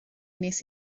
wnes